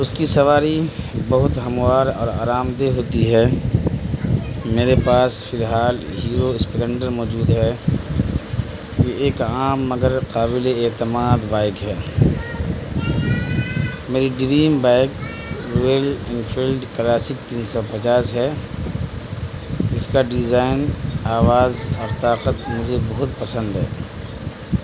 اس کی سواری بہت ہموار اور آرام دہ ہوتی ہے میرے پاس فی الحال ہیرو اسپلینڈر موجود ہے یہ ایک عام مگر قابل اعتماد بائک ہے میری dream bike Royal Enfield Classic تین سو پچاس ہے اس کا ڈیزائن آواز اور طاقت مجھے بہت پسند ہے